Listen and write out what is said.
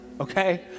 okay